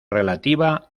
relativa